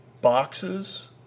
Boxes